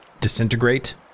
disintegrate